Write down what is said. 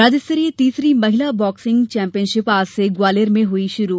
राज्य स्तरीय तीसरी महिला बॉक्सिंग चैम्पियशिप आज से ग्वालीयर में हुई शुरू